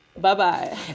bye-bye